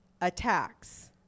attacks